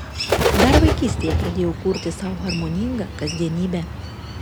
dar vaikystėje pradėjau kurti sau harmoningą kasdienybę